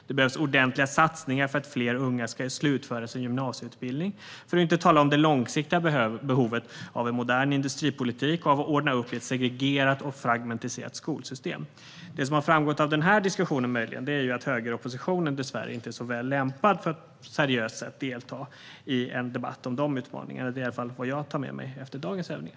Det behövs ordentliga satsningar för att fler unga ska slutföra sin gymnasieutbildning, för att inte tala om det långsiktiga behovet av en modern industripolitik och av att ordna upp ett segregerat och fragmentiserat skolsystem. Det som möjligen har framgått av den här diskussionen är att högeroppositionen dessvärre inte är så väl lämpad för att på ett seriöst sätt delta i en debatt om de utmaningarna. Det är i alla fall vad jag tar med mig efter dagens övningar.